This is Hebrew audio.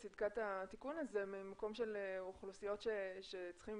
צדקת התיקון הזה ממקום של אוכלוסיות שצריכות